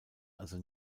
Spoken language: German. also